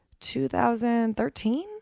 2013